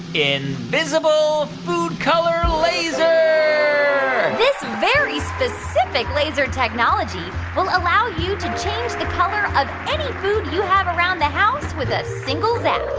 invisible food color laser this very specific laser technology will allow you to change the color of any food you have around the house with a single zap.